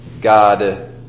God